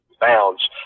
bounds